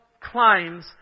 claims